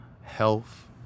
health